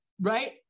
right